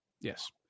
Yes